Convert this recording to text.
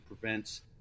prevents